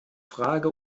frage